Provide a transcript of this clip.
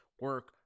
Work